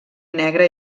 negre